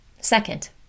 Second